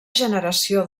generació